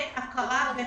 צריך לתת הכרה ב-100%.